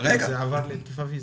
זה עבר לתקיפה פיזית.